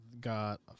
got